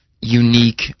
unique